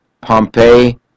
Pompeii